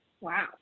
Wow